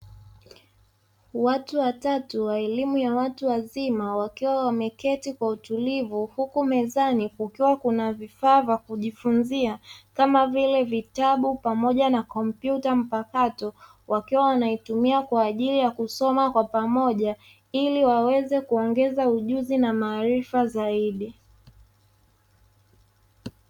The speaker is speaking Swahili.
Watu watatu wa elimu ya watu wazima wakiwa wameketi kwa utulivu, huku mezani kukiwa kuna vifaa vya kujifunzia kama vile vitabu pamoja na kompyuta mpakato wakiwa wanaitumia kwa ajili ya kusoma kwa pamoja ili waweze kuongeza ujuzi na maarifa zaidi.